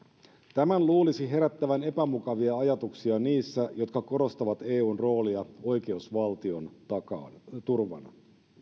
tämän luulisi herättävän epämukavia ajatuksia niissä jotka korostavat eun roolia oikeusvaltion turvana